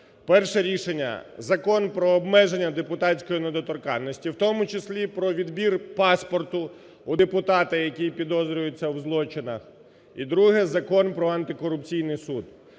Перше рішення – Закон про обмеження депутатської недоторканності, в тому числі, про відбір паспорту у депутата, який підозрюється в злочинах, і друге – Закон про антикорупційний суд.